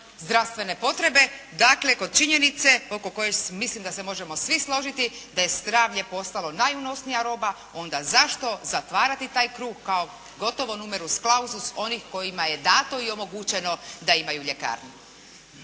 zdravstvene potrebe, dakle kod činjenice oko koje mislim da se možemo svi složiti da je zdravlje postalo najunosnija roba onda zašto zatvarati taj krug kao gotovo numerus clausus onih kojima je dato i omogućeno da imaju ljekarnu.